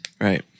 Right